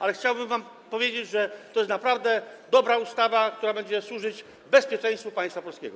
Ale chciałbym wam powiedzieć, że to jest naprawdę dobra ustawa, która będzie służyć bezpieczeństwu państwa polskiego.